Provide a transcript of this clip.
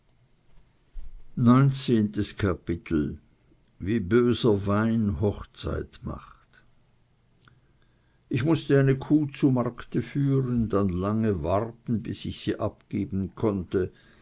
wie böser wein hochzeit macht ich mußte eine kuh zu markte führen dann lange warten bis ich sie abgeben konnte